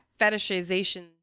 fetishization